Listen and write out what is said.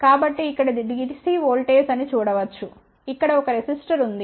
కాబట్టి ఇక్కడ ఇది DC ఓల్టేజ్ అని చూడవచ్చు ఇక్కడ ఒక రెసిస్టర్ ఉంది